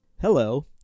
Hello